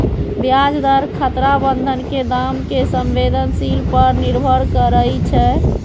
ब्याज दर खतरा बन्धन के दाम के संवेदनशील पर निर्भर करइ छै